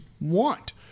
want